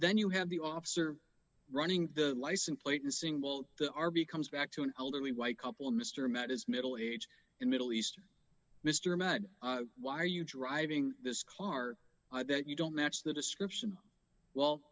then you have the officer running the license plate and saying well the rb comes back to an elderly white couple mr met his middle age in middle eastern mr mudd why are you driving this car i bet you don't match the description well